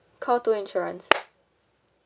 call two insurance